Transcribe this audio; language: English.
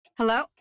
Hello